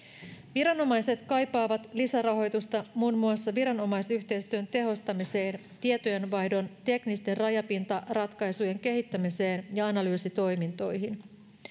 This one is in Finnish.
viranomaiset kaipaavat lisärahoitusta muun muassa viranomaisyhteistyön tehostamiseen tietojenvaihdon teknisten rajapintaratkaisujen kehittämiseen ja analyysitoimintoihin